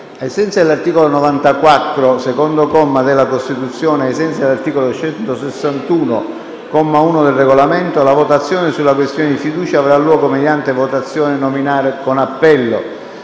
sensi dell'articolo 94, secondo comma, della Costituzione e ai sensi dell'articolo 161, comma 1, del Regolamento, la votazione sulla questione di fiducia avrà luogo mediante votazione nominale con appello.